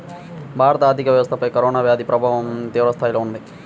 భారత ఆర్థిక వ్యవస్థపైన కరోనా వ్యాధి ప్రభావం తీవ్రస్థాయిలో ఉన్నది